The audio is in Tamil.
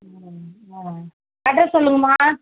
ம் ஆ அட்ரெஸ் சொல்லுங்கம்மா